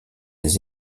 des